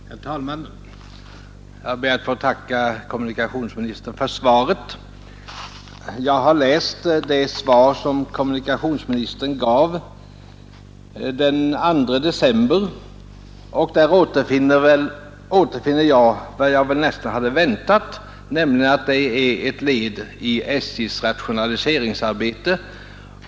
Herr talman! Jag ber att få tacka kommunikationsministern för svaret på min interpellation. Jag har läst det svar på en enkel fråga som kommunikationsministern lämnade här i kammaren den 2 december och där återfann jag ett besked som jag nästan väntade, nämligen att det här rör sig om ett led i SJ:s rationaliseringsarbete.